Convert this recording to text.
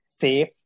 safe